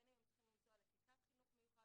בין אם צריכים לנסוע לכיתת חינוך מיוחד